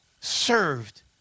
served